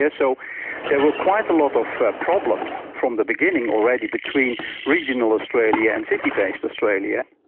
yeah so there were quite a lot of problems from the beginning already between regional australia and city-based australia.